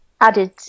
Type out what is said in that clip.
added